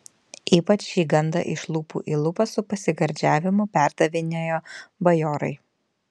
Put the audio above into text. ypač šį gandą iš lūpų į lūpas su pasigardžiavimu perdavinėjo bajorai